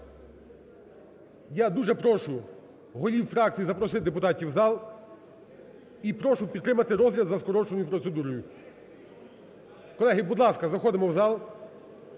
Я дуже прошу голів фракцій запросити депутатів в зал і прошу підтримати розгляд за скороченою процедурою. Колеги, будь ласка, заходимо в зал.